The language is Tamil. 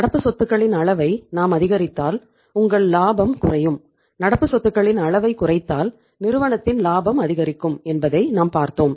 நடப்பு சொத்துகளின் அளவை நாம் அதிகரித்தால் உங்கள் லாபம் குறையும் நடப்பு சொத்துகளின் அளவைக் குறைத்தால் நிறுவனத்தின் லாபம் அதிகரிக்கும் என்பதை நாம் பார்த்தோம்